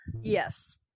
Yes